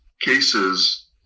cases